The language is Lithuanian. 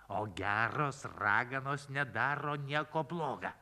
o geros raganos nedaro nieko bloga